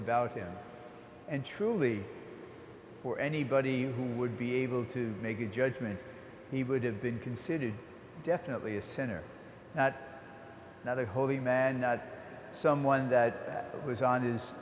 about him and truly for anybody who would be able to make a judgment he would have been considered definitely a center at another holy man someone that was on his